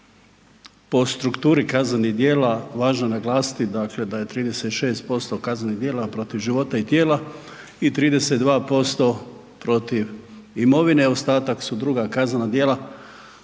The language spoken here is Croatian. po strukturi kaznenih djela važno je naglasiti dakle da je 36% kaznenih tijela protiv života i tijela i 32% protiv imovine, ostatak su druga kaznena djela,